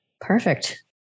Perfect